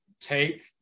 take